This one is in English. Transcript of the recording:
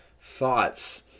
thoughts